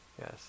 Yes